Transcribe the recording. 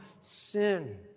sin